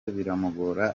biramugora